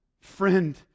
Friend